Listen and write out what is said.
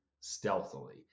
stealthily